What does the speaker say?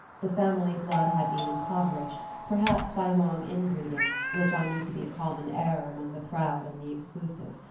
the family blood had been impoverished, perhaps by long inbreeding, which i knew to be a common error among the proud and the exclusive.